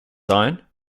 sine